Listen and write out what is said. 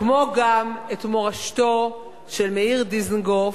כמו גם את מורשתו של מאיר דיזנגוף,